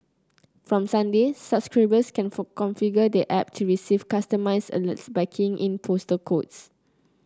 from Sunday subscribers can configure the app to receive customised alerts by keying in postal codes